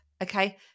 Okay